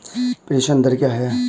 प्रेषण दर क्या है?